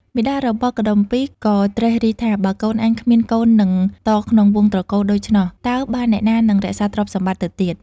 មាតារបស់កុដុម្ពីក៍ ក៏ត្រិះរិះថា "បើកូនអញគ្មានកូននឹងតក្នុងវង្ស ត្រកូលដូច្នោះ តើបានអ្នកណានឹងរក្សាទ្រព្យសម្បត្តិទៅទៀត”។